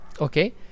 Okay